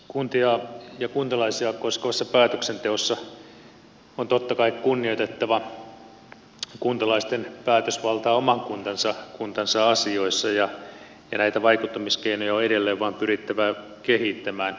kuntia ja kuntalaisia koskevassa päätöksenteossa on totta kai kunnioitettava kuntalaisten päätösvaltaa oman kuntansa asioissa ja näitä vaikuttamiskeinoja on edelleen vain pyrittävä kehittämään